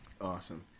awesome